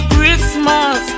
Christmas